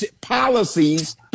policies